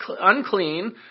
unclean